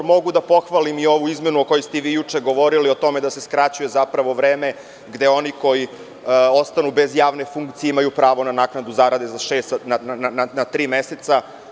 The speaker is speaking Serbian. Mogu da pohvalim ovu izmenu o kojoj ste juče govorili, o tome da se skraćuje vreme gde oni koji ostanu bez javne funkcije imaju pravo na naknadu zarade sa šest na tri meseca.